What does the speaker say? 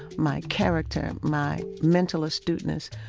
my character, my mental astuteness,